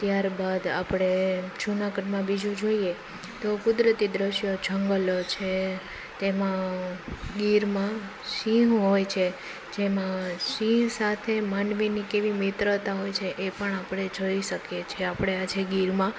ત્યાર બાદ આપણે જૂનાગઢમાં બીજું જોઈએ તો કુદરતી દ્રશ્યો જંગલો છે તેમા ગીરમાં સિંહ હોય છે જેમાં સિહ સાથે માનવીની કેવી મિત્રતા હોય છે એ પણ આપણે જોઈ શકીએ છીએ આપણે આજે ગીરમાં